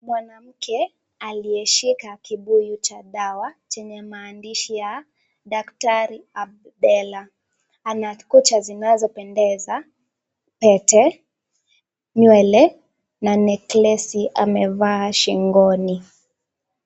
Mwanamke aliyeshika kibuyu cha dawa chenye maandishi ya daktari Abdalla. Ana kucha zinazopendeza, pete, nywele na necklaci amevaa shingoni.